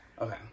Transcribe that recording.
okay